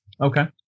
okay